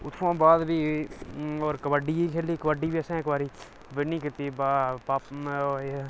उत्थुआं दा फ्ही कबड्डी बी खेली दी